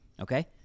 Okay